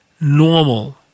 normal